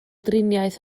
driniaeth